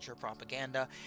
propaganda